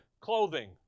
clothing